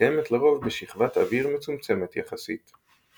המתקיימת לרוב בשכבת אוויר מצומצמת יחסית.